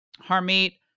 Harmeet